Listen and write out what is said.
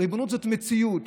ריבונות זו מציאות,